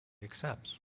accepts